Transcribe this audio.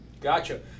Gotcha